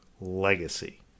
legacy